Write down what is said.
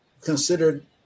considered